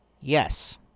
Yes